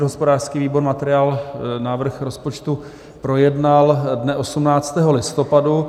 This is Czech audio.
Hospodářský výbor materiál návrh rozpočtu projednal dne 18. listopadu.